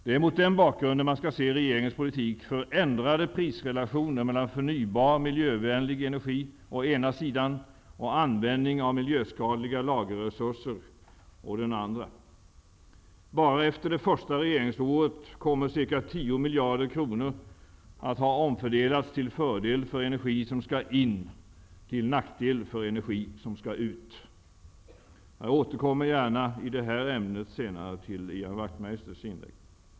Det är mot den bakgrunden man skall se regeringens politik för ändrade prisrelationer mellan förnybar, miljövänlig energi å ena sidan och användning av miljöskadliga lagerresurser å den andra. Bara efter det första regeringsåret kommer ca 10 miljarder kronor att ha omfördelats till fördel för energi som skall in och till nackdel för energi som skall ut. Jag återkommer gärna senare till Ian Wachtmeisters inlägg i det här ämnet.